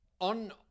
On